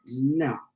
No